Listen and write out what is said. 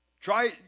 Try